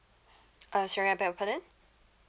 uh sorry I beg your pardon